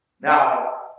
Now